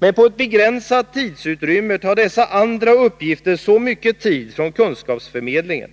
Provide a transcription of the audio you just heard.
Men på ett begränsat tidsutrymme tar dessa andra uppgifter så mycket tid från kunskapsförmedlingen